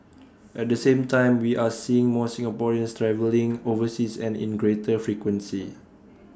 at the same time we are seeing more Singaporeans travelling overseas and in greater frequency